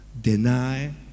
deny